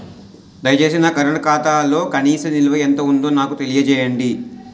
దయచేసి నా కరెంట్ ఖాతాలో కనీస నిల్వ ఎంత ఉందో నాకు తెలియజేయండి